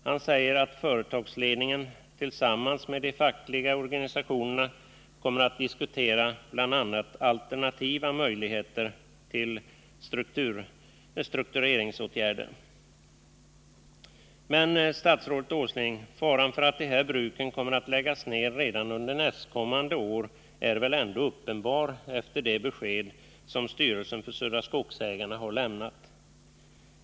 Han säger att företagsledningen tillsammans med de fackliga organisationerna kommer att diskutera bl.a. alternativa möjligheter till struktureringsåtgärder. Men, statsrådet Åsling, faran för att de här bruken kommer att läggas ned redan under nästkommande år är väl ändå uppenbar efter det besked som styrelsen för Södra Skogsägarna har lämnat.